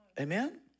Amen